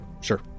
sure